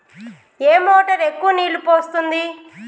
ఏ motor ఎక్కువ నీళ్లు పోస్తుంది?